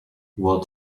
what